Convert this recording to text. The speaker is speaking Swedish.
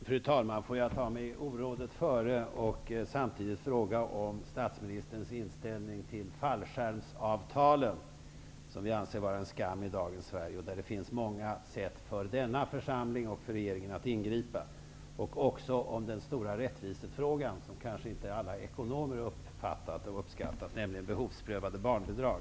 Fru talman! Får jag ta mig orådet före och samtidigt fråga om statsministerns inställning till de fallskärmsavtal som vi anser vara en skam i dagens Sverige. Det finns många sätt för denna församling och för regeringen att ingripa. Jag vill också fråga om den stora rättvisefrågan som kanske inte alla ekonomer uppfattat och uppskattat, nämligen behovsprövade barnbidrag.